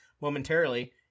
momentarily